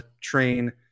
train